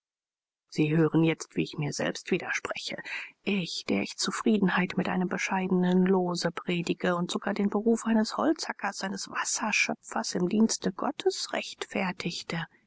sie hören jetzt wie ich mir selbst widerspreche ich der ich zufriedenheit mit einem bescheidenen lose predigte und sogar den beruf eines holzhackers eines wasserschöpfers im dienste gottes rechtfertigte